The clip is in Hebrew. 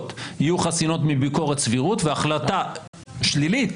יהיו חסינות מביקורת סבירות והחלטה שלילית